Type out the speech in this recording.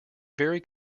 very